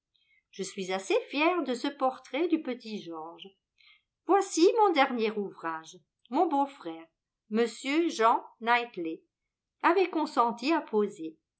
je suis assez fière de ce portrait du petit georges voici mon dernier ouvrage mon beau-frère m jean knightley avait consenti à poser